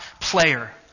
player